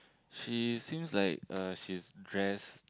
she seems like uh she's dress